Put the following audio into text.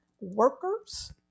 workers